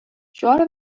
شعار